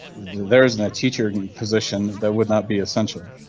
there isn't a teacher and position that would not be essential.